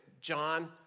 John